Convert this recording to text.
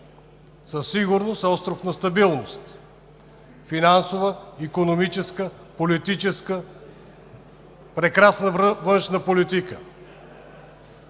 България е остров на стабилност – финансова, икономическа, политическа, прекрасна външна политика,